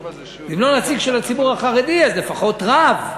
אם לא נציג של הציבור החרדי, אז לפחות רב.